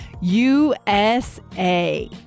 USA